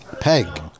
Peg